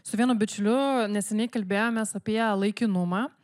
su vienu bičiuliu neseniai kalbėjomės apie laikinumą